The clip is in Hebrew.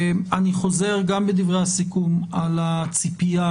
אני חוזר גם בדברי הסיכום על הציפייה